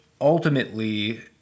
ultimately